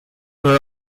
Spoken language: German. nur